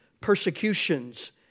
persecutions